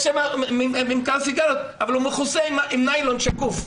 שם ממכר סיגריות אבל הוא מכוסה עם ניילון שקוף.